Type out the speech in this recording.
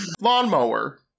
lawnmower